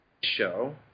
show